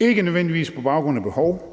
Ikke nødvendigvis på baggrund af behov.